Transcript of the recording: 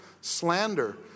slander